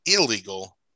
illegal